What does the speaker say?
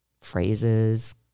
phrases